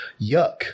yuck